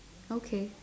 okay